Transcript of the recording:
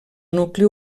nucli